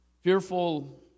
fearful